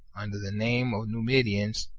under the name of nu midians,